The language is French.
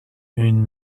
une